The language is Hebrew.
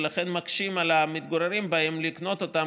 ולכן מתקשים המתגוררים בהן לקנות אותן